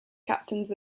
captains